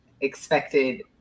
expected